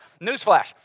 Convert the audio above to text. newsflash